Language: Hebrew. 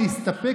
התעשיינים,